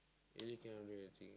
really cannot remember a thing